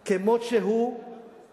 לשמור על המצב כמות שהוא ולמנוע